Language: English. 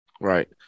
right